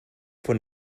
von